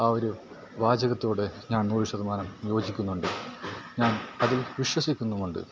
ആ ഒരു വാചകത്തോടെ ഞാൻ നൂറ് ശതമാനം യോജിക്കുന്നുണ്ട് ഞാൻ അതിൽ വിശ്വസിക്കുന്നുമുണ്ട്